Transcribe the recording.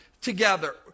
together